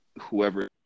Whoever